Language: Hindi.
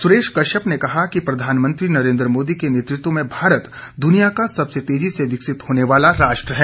सुरेश कश्यप ने कहा कि प्रधानमंत्री नरेन्द्र मोदी के नेतृत्व में भारत दुनिया का सबसे तेजी से विकसित होने वाला राष्ट्र है